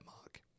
mark